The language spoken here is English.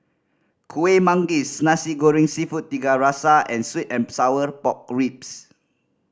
Kueh Manggis Nasi Goreng Seafood Tiga Rasa and sweet and sour pork ribs